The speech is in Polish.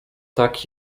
tak